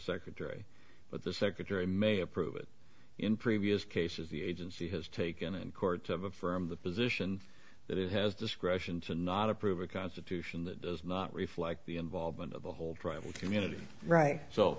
secretary but the secretary may approve it in previous cases the agency has taken in courts of affirm the position that it has discretion to not approve a constitution that does not reflect the involvement of the whole tribal community right so